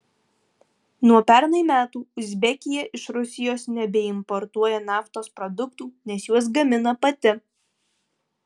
nuo pernai metų uzbekija iš rusijos nebeimportuoja naftos produktų nes juos gamina pati